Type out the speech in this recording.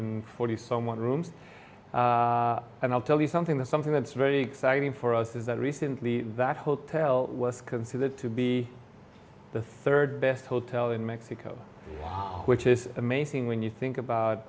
and forty some one rooms and i'll tell you something that's something that's very exciting for us is that recently that hotel for that to be the rd best hotel in mexico which is amazing when you think about